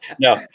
No